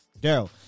Daryl